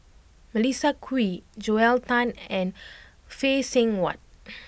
Melissa Kwee Joel Tan and Phay Seng Whatt